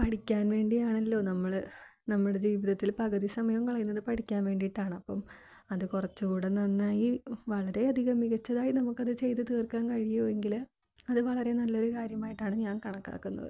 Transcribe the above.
പഠിക്കാൻ വേണ്ടിയാണല്ലോ നമ്മൾ നമ്മുടെ ജീവിതത്തിൽ പകുതി സമയം കളയുന്നത് പഠിക്കാൻ വേണ്ടിയിട്ടാണ് അപ്പോൾ അതു കുറച്ചും കൂടി നന്നായി വളരെ അധികം മികച്ചതായി നമുക്കത് ചെയ്തുതീർക്കാൻ കഴിയും എങ്കിൽ അതു വളരെ നല്ലൊരു കാര്യമായിട്ടാണ് ഞാൻ കണക്കാക്കുന്നത്